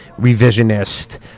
revisionist